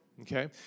Okay